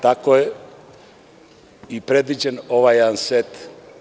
Tako je i predviđen ovaj jedan set mera.